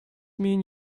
mean